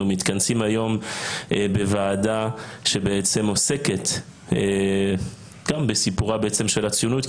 אנחנו מתכנסים היום בוועדה שבעצם עוסקת גם בסיפורה בעצם של הציונות,